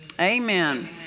Amen